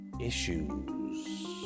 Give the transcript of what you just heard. issues